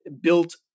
built